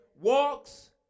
walks